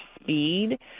speed